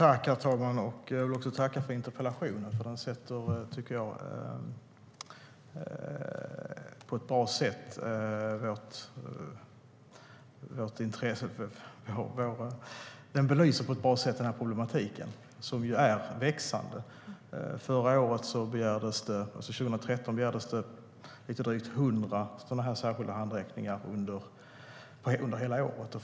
Herr talman! Jag tackar för interpellationen som på ett bra sätt belyser denna växande problematik. År 2013 begärdes det lite drygt 100 särskilda handräckningar under hela året.